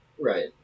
Right